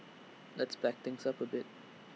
let's back things up A bit